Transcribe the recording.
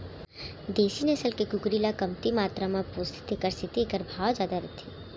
देसी नसल के कुकरी ल कमती मातरा म पोसथें तेकर सेती एकर भाव जादा रथे